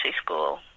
school